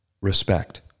Respect